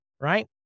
right